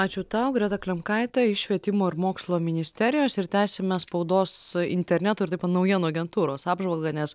ačiū tau greta klimkaitė iš švietimo ir mokslo ministerijos ir tęsiame spaudos interneto ir naujienų agentūros apžvalgą nes